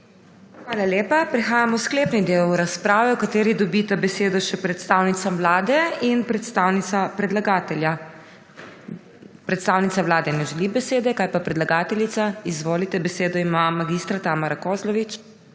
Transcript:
Hvala lepa. Prehajamo v sklepni del razprave, v kateri dobita besedo še predstavnica Vlade in predstavnica predlagatelja. Predstavnica Vlade ne želi besede. Kaj pa predlagateljica? Želi. Besedo ima mag. Tamara Kozlovič.